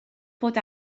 bod